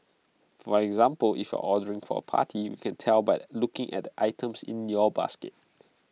for example if you're ordering for A party we can tell by looking at the items in your basket